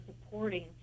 supporting